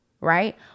Right